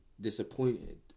disappointed